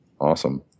Awesome